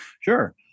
Sure